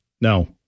No